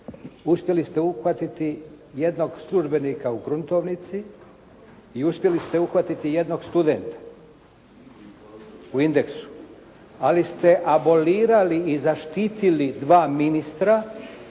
Uspjeli ste uhvatiti jednog službenika u gruntovnici i uspjeli ste uhvatiti jednog studenta u “Indeksu“, ali ste abolirali i zaštitili dva ministra